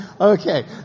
okay